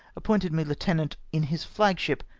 appointed me heutenant in his flag-ship,